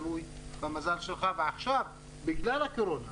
תלוי במזל שלך ועכשיו בגלל הקורונה,